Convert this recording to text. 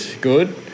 good